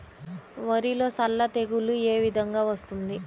వరిలో సల్ల తెగులు ఏ విధంగా వస్తుంది?